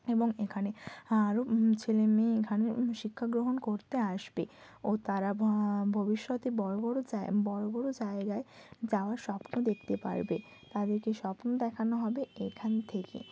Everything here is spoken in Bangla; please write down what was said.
এবং এখানে আরো ছেলে মেয়ে এখানে শিক্ষাগ্রহণ করতে আসবে ও তারা ভবিষ্যতে বড় বড় বড় বড় জায়গায় যাওয়ার স্বপ্ন দেখতে পারবে তাদেরকে স্বপ্ন দেখানো হবে এখান থেকে